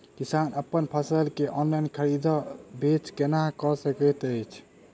किसान अप्पन फसल केँ ऑनलाइन खरीदै बेच केना कऽ सकैत अछि?